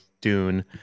Dune